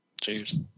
Cheers